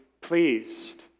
pleased